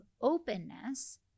openness